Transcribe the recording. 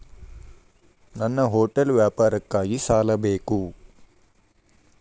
ನನ್ನ ಹೋಟೆಲ್ ವ್ಯಾಪಾರಕ್ಕಾಗಿ ಸಾಲ ಬೇಕು